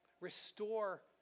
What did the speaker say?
restore